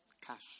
Cash